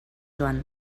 joan